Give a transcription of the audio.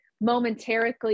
momentarily